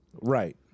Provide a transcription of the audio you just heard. Right